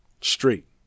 straight